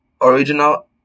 original